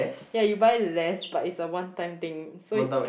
ya you buy less but it's a one time thing